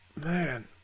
man